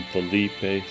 Felipe